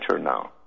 now